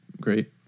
great